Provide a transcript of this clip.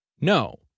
No